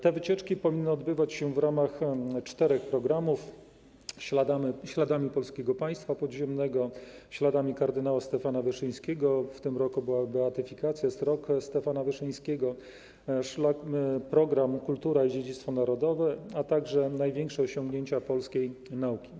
Te wycieczki powinny odbywać się w ramach czterech programów: „Śladami Polskiego Państwa Podziemnego”, „Śladami Kardynała Stefana Wyszyńskiego” - w tym roku była beatyfikacja, jest rok Stefana Wyszyńskiego - programu „Kultura i dziedzictwo narodowe”, a także „Największe osiągnięcia polskiej nauki”